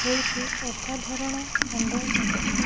ହେଉଛି ଅସାଧାରଣ ଖଣ୍ଡବାକ୍ୟ